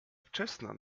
wczesna